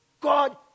God